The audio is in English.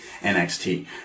NXT